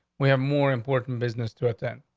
we have more important business to attend.